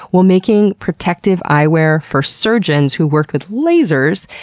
while making protective eyewear for surgeons who worked with lasers,